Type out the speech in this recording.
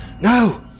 No